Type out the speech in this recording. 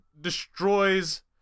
destroys